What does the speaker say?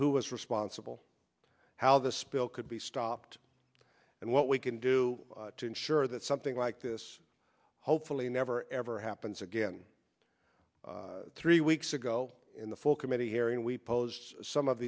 who was responsible how the spill could be stopped and what we can do to ensure that something like this hopefully never ever happens again three weeks ago in the full committee hearing we posed some of